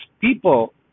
people